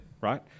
right